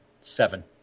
Seven